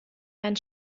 einen